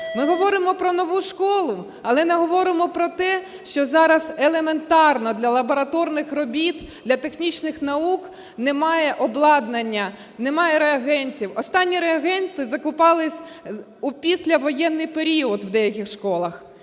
Ми говоримо про нову школу, але не говоримо про те, що зараз елементарно для лабораторних робіт, для технічних наук немає обладнання, немає реагентів. Останні реагенти закупались у післявоєнний період у деяких школах.